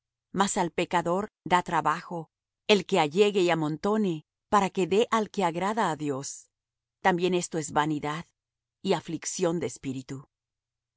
mas al pecador da trabajo el que allegue y amontone para que dé al que agrada á dios también esto es vanidad y aflicción de espíritu